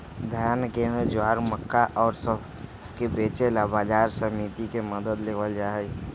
धान, गेहूं, ज्वार, मक्का और सब के बेचे ला बाजार समिति के मदद लेवल जाहई